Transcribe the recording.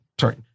Sorry